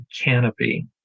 canopy